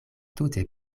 tute